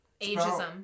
Ageism